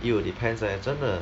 it will depends leh 真的